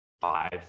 five